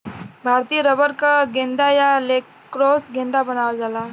भारतीय रबर क गेंदा या लैक्रोस गेंदा बनावल जाला